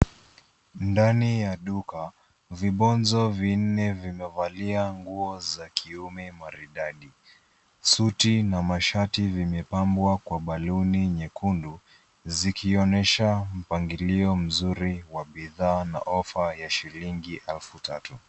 Ndani ya duka, vibonzo vinne vimevalia nguo za kiume maridadi. Suti na mashati vimepambwa kwa baluni nyekundu zikionyesha mpangilio mzuri bidhaa na offer ya shilingi elfu tatu.